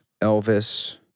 Elvis